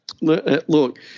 Look